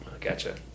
Gotcha